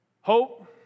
Hope